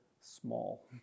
small